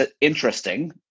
interesting